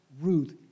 Ruth